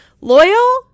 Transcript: Loyal